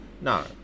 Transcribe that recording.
No